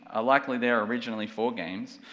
are likely there originally for games,